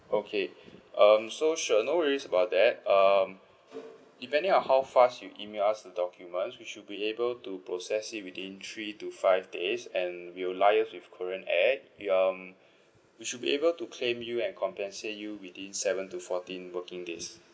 okay um so sure no worries about that um depending on how fast you email us the documents we should be able to process it within three to five days and we'll liaise with Korean Air we um we should be able to claim you and compensate you within seven to fourteen working days